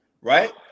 right